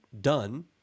done